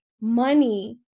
money